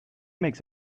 makes